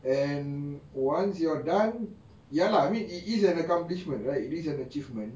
and once you are done ya lah I mean it is an accomplishment right it is an achievement